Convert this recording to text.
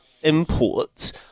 imports